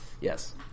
Yes